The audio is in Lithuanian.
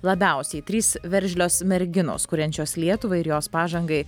labiausiai trys veržlios merginos kuriančios lietuvai ir jos pažangai